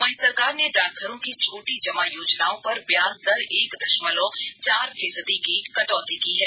वहीं सरकार ने डाकघरों की छोटी जमा योजनाओं पर ब्याज दर एक दषमलव चार फीसदी क कटौती की है